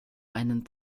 einen